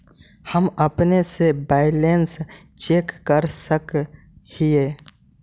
हम अपने से बैलेंस चेक कर सक हिए?